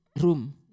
room